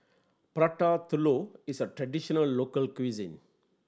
Prata Telur is a traditional local cuisine